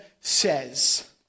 says